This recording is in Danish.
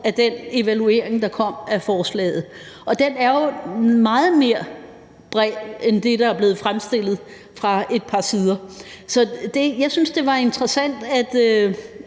af den evaluering af forslaget, og den er jo meget bredere end den måde, den er blevet fremstillet på fra et par sider. Jeg synes, det var interessant, at